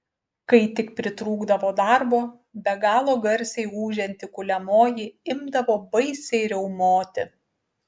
kai tik pritrūkdavo darbo be galo garsiai ūžianti kuliamoji imdavo baisiai riaumoti